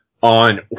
on